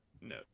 no